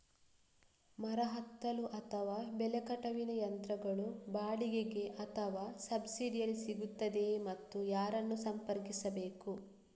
ಮರ ಹತ್ತಲು ಅಥವಾ ಬೆಲೆ ಕಟಾವಿನ ಯಂತ್ರಗಳು ಬಾಡಿಗೆಗೆ ಅಥವಾ ಸಬ್ಸಿಡಿಯಲ್ಲಿ ಸಿಗುತ್ತದೆಯೇ ಮತ್ತು ಯಾರನ್ನು ಸಂಪರ್ಕಿಸಬೇಕು?